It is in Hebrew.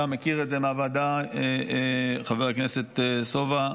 אתה מכיר את זה מהוועדה, חבר הכנסת סובה.